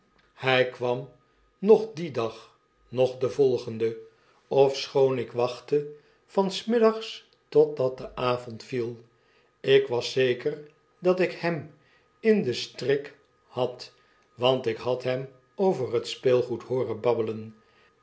hij kwam hoch dien dag noch den volgenden ofschoon ik wachtte van s middags totdat de avond viel ik was zeker dat ik hem in den strik had want ik had hem over het speelgoed hooren babbeleii